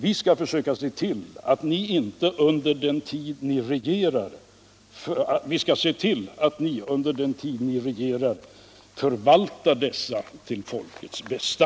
Vi skall försöka se till att ni under den tid ni regerar förvaltar dessa tillgångar till folkets biästa.